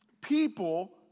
people